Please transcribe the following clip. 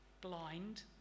blind